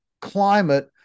climate